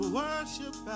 worship